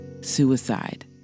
suicide